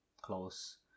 close